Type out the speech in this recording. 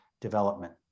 development